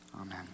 Amen